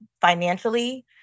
financially